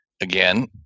again